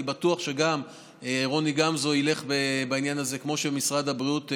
אני בטוח שגם רוני גמזו ילך בעניין הזה כמו שמשרד הבריאות עובד.